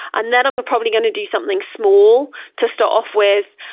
and then, i'm probably going to do something small to start off with.